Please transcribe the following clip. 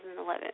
2011